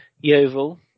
Yeovil